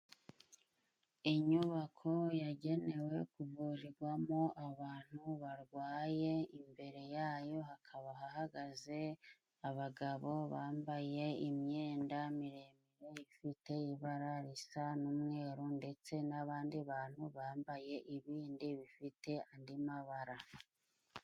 Inyubako yagenewe kuvurigwamo abantu barwaye, imbere yayo hakaba hahagaze abagabo bambaye imyenda miremire ifite ibara risa n'umweru ndetse n'abandi bantu bambaye ibindi bifite andi mabara.